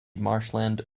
marshland